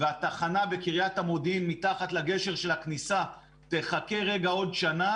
והתחנה בקרית המודיעין מתחת לגשר של הכניסה תחכה רגע עוד שנה